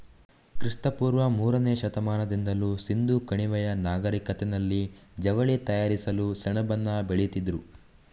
ಕ್ರಿಸ್ತ ಪೂರ್ವ ಮೂರನೇ ಶತಮಾನದಿಂದಲೂ ಸಿಂಧೂ ಕಣಿವೆಯ ನಾಗರಿಕತೆನಲ್ಲಿ ಜವಳಿ ತಯಾರಿಸಲು ಸೆಣಬನ್ನ ಬೆಳೀತಿದ್ರು